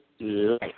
life